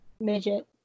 Midget